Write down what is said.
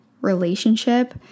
relationship